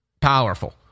Powerful